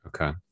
Okay